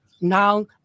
Now